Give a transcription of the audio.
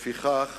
לפיכך,